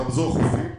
רמזור חופים.